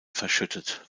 verschüttet